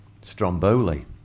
stromboli